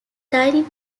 dining